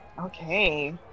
Okay